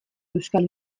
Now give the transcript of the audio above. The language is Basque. euskal